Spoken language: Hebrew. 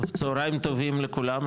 צוהריים טובים לכולם,